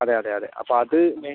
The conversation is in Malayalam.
അതെ അതെ അതെ അപ്പം അത് ഞാൻ